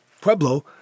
Pueblo